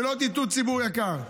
שלא תטעו, ציבור יקר,